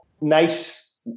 nice